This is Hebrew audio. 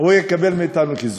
יקבל מאתנו קיזוז.